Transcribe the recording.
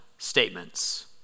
statements